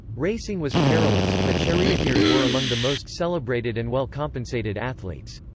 racing was perilous, but charioteers were among the most celebrated and well-compensated athletes.